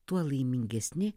tuo laimingesni